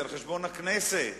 זה על חשבון הכנסת.